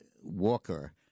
walker